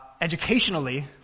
educationally